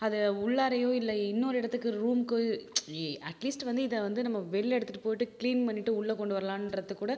அதை உள்ளாரையோ இல்லை இன்னொரு இடத்துக்கு ரூம்க்கோ எ அட்லீஸ்ட் வந்து இதை வந்து நம்ம வெளில எடுத்துகிட்டு போயிவிட்டு க்ளீன் பண்ணிவிட்டு உள்ளே கொண்டு வரலான்றதுக்கு கூட